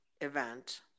event